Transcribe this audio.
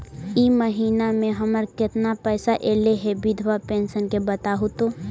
इ महिना मे हमर केतना पैसा ऐले हे बिधबा पेंसन के बताहु तो?